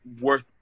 worth